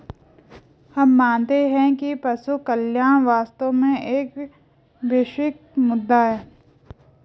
हम मानते हैं कि पशु कल्याण वास्तव में एक वैश्विक मुद्दा है